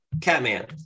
Catman